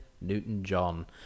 Newton-John